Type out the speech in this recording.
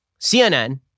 CNN